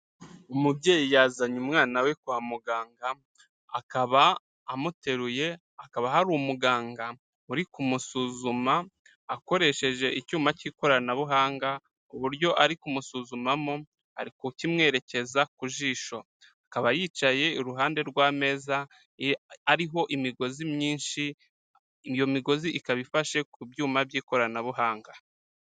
Umubyeyi yazanye umwana we kwa muganga, akaba amuteruye, hakaba hari umuganga uri kumusuzuma akoresheje icyuma cy'ikoranabuhanga, uburyo ari kumusuzumamo ari kukimwerekeza ku jisho, akaba yicaye iruhande rw'ameza ariho imigozi myinshi, iyo migozi ikaba ifashe ku byuma by'ikoranabuhanga.